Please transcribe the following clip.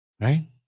right